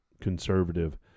conservative